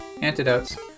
antidotes